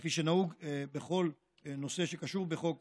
כפי שנהוג בכל נושא שקשור לחוק